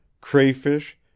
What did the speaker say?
crayfish